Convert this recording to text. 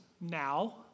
now